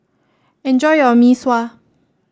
enjoy your Mee Sua